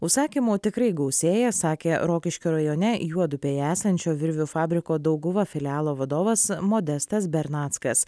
užsakymų tikrai gausėja sakė rokiškio rajone juodupėje esančio virvių fabriko dauguva filialo vadovas modestas bernackas